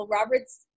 Robert's